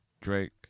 Drake